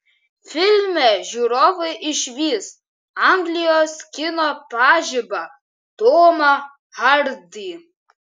filme žiūrovai išvys anglijos kino pažibą tomą hardy